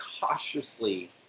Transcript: cautiously